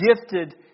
gifted